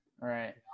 right